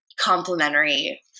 complementary